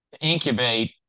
incubate